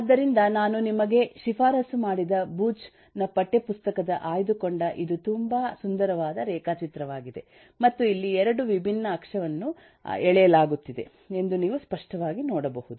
ಆದ್ದರಿಂದ ನಾನು ನಿಮಗೆ ಶಿಫಾರಸು ಮಾಡಿದ ಬೂಚ್ ನ ಪಠ್ಯ ಪುಸ್ತಕದಿಂದ ಆಯ್ದುಕೊಂಡ ಇದು ತುಂಬಾ ಸುಂದರವಾದ ರೇಖಾಚಿತ್ರವಾಗಿದೆ ಮತ್ತು ಇಲ್ಲಿ 2 ವಿಭಿನ್ನ ಅಕ್ಷವನ್ನು ಎಳೆಯಲಾಗುತ್ತಿದೆ ಎಂದು ನೀವು ಸ್ಪಷ್ಟವಾಗಿ ನೋಡಬಹುದು